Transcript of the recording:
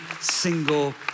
single